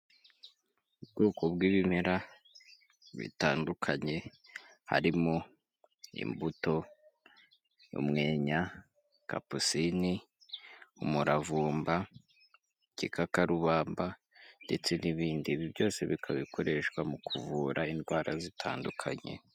Ubwoko bw'ibimera bitandukanye harimo imbuto y'umwenya, kapusine, umuravumba igikakarubamba ndetse n'ibindi, ibi byose bikaba bikoreshwa mu kuvura indwara zitandukanye.